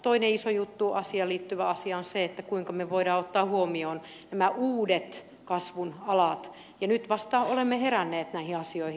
toinen iso juttu asiaan liittyvä asia on se kuinka me voimme ottaa huomioon uudet kasvun alat ja nyt vasta olemme heränneet näihin asioihin